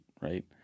right